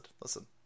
listen